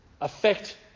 affect